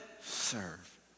serve